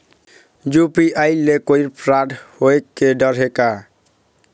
UPI ले कोई fraud होए के डर हे का?